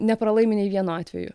nepralaimi nei vienu atveju